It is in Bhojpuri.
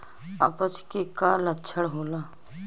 अपच के का लक्षण होला?